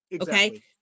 okay